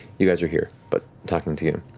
you guys are here, but talking to you.